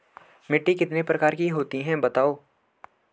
मिट्टी कितने प्रकार की होती हैं बताओ?